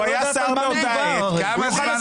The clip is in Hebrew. הוא היה שר באותה עת ------ כמה זמן